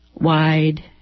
wide